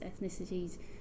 ethnicities